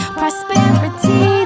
prosperity